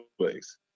place